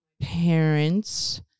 parents